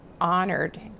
honored